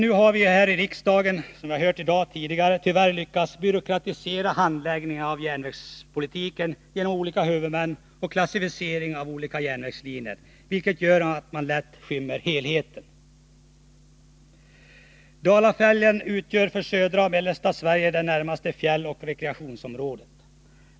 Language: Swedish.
Nu har vi här i riksdagen, som framhållits tidigare i dag, lyckats byråkratisera handläggningen av järnvägspolitiken genom olika huvudmän och genom klassificering av olika järnvägslinjer, vilket gör att helheten lätt blir skymd. Dalafjällen utgör för södra och mellersta Sverige det närmaste fjälloch rekreationsområdet.